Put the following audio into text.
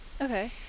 Okay